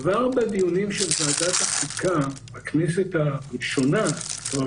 כבר בדיונים של ועדת החוקה בכנסת הראשונה כבר